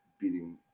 beating